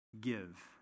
give